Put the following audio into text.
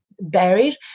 buried